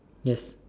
yes